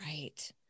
Right